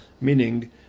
Meaning